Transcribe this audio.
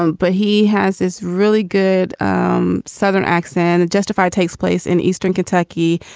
um but he has this really good um southern accent and justified takes place in eastern kentucky.